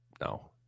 No